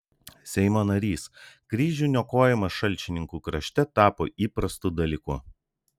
seimo narys kryžių niokojimas šalčininkų krašte tapo įprastu dalyku